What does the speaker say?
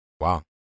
Wow